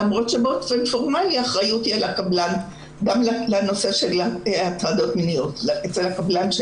למרות שבאופן פורמלי האחריות גם בנושא הטרדות מיניות היא על הקבלן.